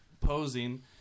posing